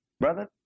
Brother